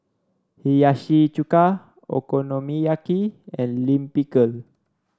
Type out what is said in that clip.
Hiyashi Chuka Okonomiyaki and Lime Pickle